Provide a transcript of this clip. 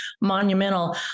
monumental